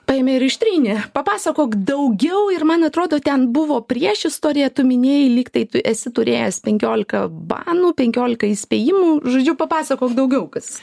paėmė ir ištrynė papasakok daugiau ir man atrodo ten buvo priešistorė tu minėjai lyg tai tu esi turėjęs penkiolika banų penkiolika įspėjimų žodžiu papasakok daugiau kas